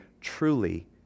truly